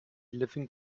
living